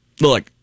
look